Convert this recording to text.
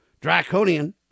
draconian